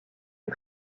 est